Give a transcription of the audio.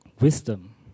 wisdom